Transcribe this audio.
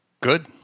Good